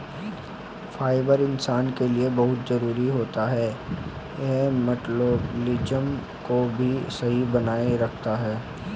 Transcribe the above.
fibre इंसान के लिए बहुत जरूरी होता है यह मटबॉलिज़्म को भी सही बनाए रखता है